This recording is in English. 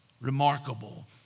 remarkable